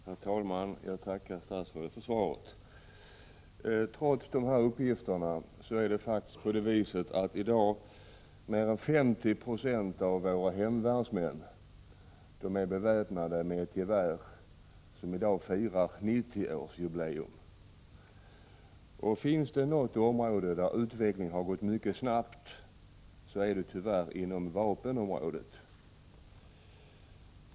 Herr talman! Jag tackar statsrådet för svaret. Trots de uppgifter som här lämnats är det faktiskt på det viset att mer än 50 96 av våra hemvärnsmän är beväpnade med ett gevär som i dag firar 90-årsjubileum. Om det finns något område där utvecklingen har gått mycket snabbt, är det — tyvärr — vapenområdet.